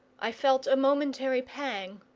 i felt a momentary pang.